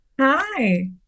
Hi